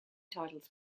titles